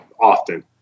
often